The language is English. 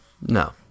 No